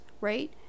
right